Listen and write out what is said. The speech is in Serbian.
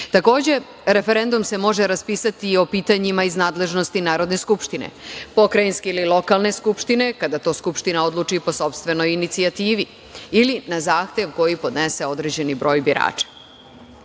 Takođe, referendum se može raspisati i o pitanjima iz nadležnosti Narodne skupštine, pokrajinske ili lokalne skupštine, kada to skupština odluči po sopstvenoj inicijativi ili na zahtev koji podnese određeni broj